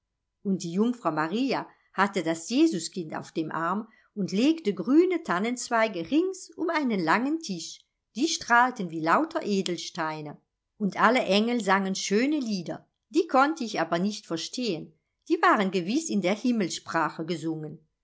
und die jungfrau maria hatte das jesuskind auf dem arm und legte grüne tannenzweige rings um einen langen tisch die strahlten wie lauter edelsteine und alle engel sangen schöne lieder die konnte ich aber nicht verstehen die waren gewiß in der himmelsprache gesungen